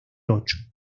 ocho